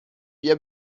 بیا